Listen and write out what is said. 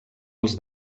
els